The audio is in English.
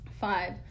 Five